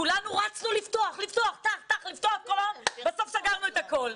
כולנו רצנו לפתוח, לפתוח, ובסוף סגרנו את הכול.